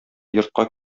йортка